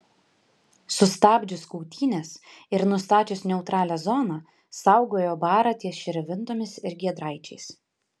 sustabdžius kautynes ir nustačius neutralią zoną saugojo barą ties širvintomis ir giedraičiais